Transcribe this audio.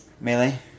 Melee